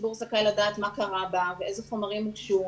הציבור זכאי לדעת מה קרה בה ואיזה חומרים הוגשו.